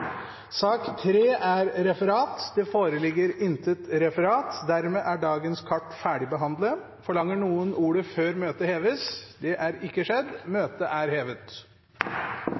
dagens kart ferdigbehandlet. Forlanger noen ordet før møtet heves? – Møtet er hevet.